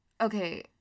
okay